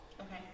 Okay